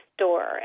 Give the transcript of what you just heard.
store